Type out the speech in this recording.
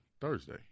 Thursday